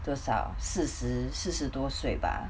多少四十四十多岁 bah